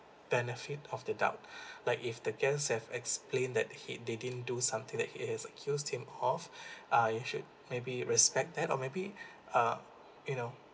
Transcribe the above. benefit of the doubt like if the guests have explain that they he they didn't do something that he is accused him of uh you should maybe respect that or maybe uh you know